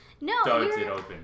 no